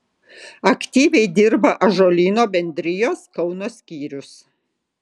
aktyviai dirba ąžuolyno bendrijos kauno skyrius